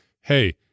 hey